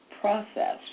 process